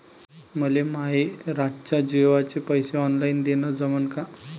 मले माये रातच्या जेवाचे पैसे ऑनलाईन देणं जमन का?